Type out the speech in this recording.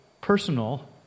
personal